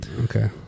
Okay